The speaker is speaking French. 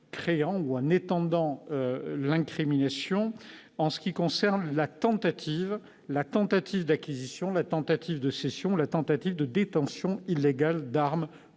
étendant l'incrimination relative à la tentative d'acquisition, de cession ou de détention illégale d'armes,